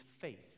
faith